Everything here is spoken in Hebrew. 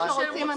מתי שרוצים,